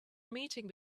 meeting